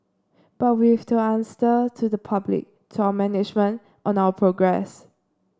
but we've to answer to the public to our management on our progress